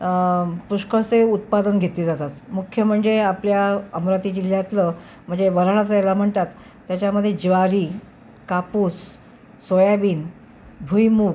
पुष्कळसे उत्पादन घेतले जातात मुख्य म्हणजे आपल्या अमरावती जिल्ह्यातलं म्हणजे वऱ्हाडाचं याला म्हणतात त्याच्यामध्ये ज्वारी कापूस सोयाबीन भुईमूग